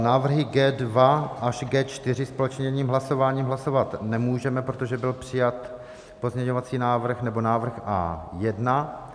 Návrhy G2 až G4 společně jedním hlasováním hlasovat nemůžeme, protože byl přijat pozměňovací návrh nebo návrh A1.